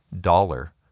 dollar